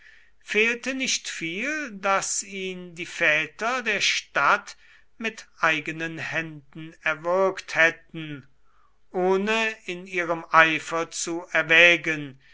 fehlte nicht viel daß ihn die väter der stadt mit eigenen händen erwürgt hätten ohne in ihrem eifer zu erwägen